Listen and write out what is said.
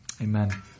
Amen